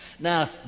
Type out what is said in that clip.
Now